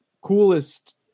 coolest